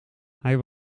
hij